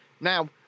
Now